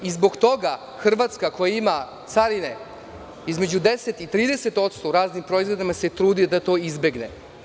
Zbog toga Hrvatska, koja ima carine između 10 i 30% u raznim proizvodima, se trudi da to izbegne.